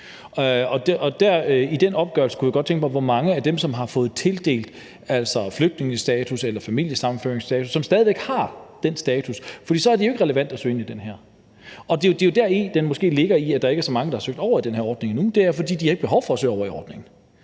i den opgørelse kunne jeg tænkte mig at få oplyst, hvor mange af dem, som har fået tildelt flygtningestatus eller familiesammenføringsstatus, der stadig væk har den status. Det er jo ikke relevant at søge, hvis der måske ligger det i det, at der ikke er så mange, der har søgt over i den her ordning endnu, fordi de ikke har behov for at søge over i ordningen.